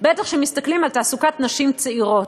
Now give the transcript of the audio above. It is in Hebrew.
בטח כשמסתכלים על תעסוקת נשים צעירות.